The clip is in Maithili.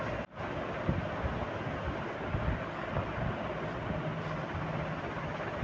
खेती के लिए कौन कौन संयंत्र सही रहेगा?